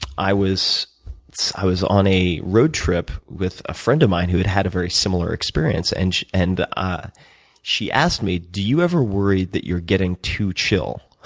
i was i was on a road trip with a friend of mine who had had a very similar experience and and ah she asked me, do you ever worry that you're getting too chill?